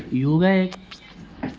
یوگا ایک